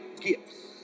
gifts